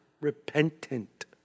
repentant